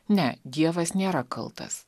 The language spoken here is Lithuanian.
ne dievas nėra kaltas